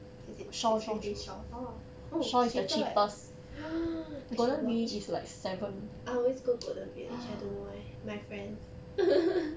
is it shaw orh oh it's cheaper there I should watch I always go golden village I don't know why my friends